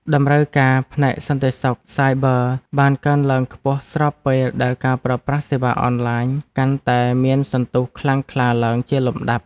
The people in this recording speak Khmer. តម្រូវការផ្នែកសន្តិសុខសាយប័របានកើនឡើងខ្ពស់ស្របពេលដែលការប្រើប្រាស់សេវាអនឡាញកាន់តែមានសន្ទុះខ្លាំងក្លាឡើងជាលំដាប់។